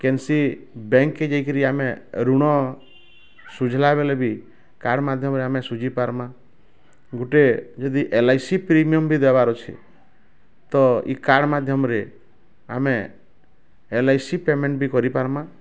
କେନ୍ସି ବ୍ୟାଙ୍କକେ ଯାଇକି ଆମେ ଋଣ ସୁଝିଲା ବେଲେବି କାର୍ଡ଼ ମାଧ୍ୟମରେ ଆମେ ସୁଝିପାର୍ମା ଗୋଟେ ଯଦି ଏଲ ଆଇ ସି ପ୍ରିମିୟମ୍ ବି ଦେବାର ଅଛି ତ ଏଇ କାର୍ଡ଼ ମାଧ୍ୟମରେ ଆମେ ଏଲ ଆଇ ସି ପେମେଣ୍ଟବି କରିପାର୍ମା